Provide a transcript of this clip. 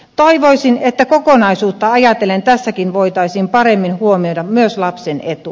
toivoisin että kokonaisuutta ajatellen tässäkin voitaisiin paremmin huomioida myös lapsen etu